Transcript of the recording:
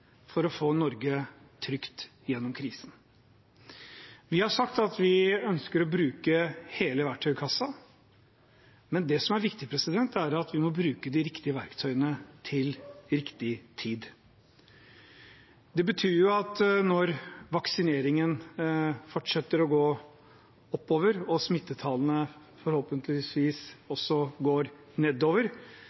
for å få Norge trygt gjennom krisen. Vi har sagt at vi ønsker å bruke hele verktøykassen, men det som er viktig, er at vi må bruke de riktige verktøyene til riktig tid. Det betyr at når vaksineringen fortsetter å gå oppover, og smittetallene forhåpentlig går nedover,